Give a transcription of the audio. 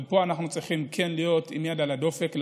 פה אנחנו צריכים כן להיות עם יד על הדופק,